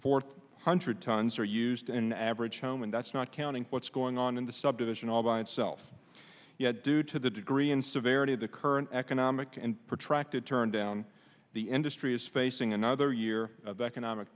four hundred tons are used in an average home and that's not counting what's going on in the subdivision all by itself yet due to the degree and severity of the current economic and protracted turndown the industry is facing another year of economic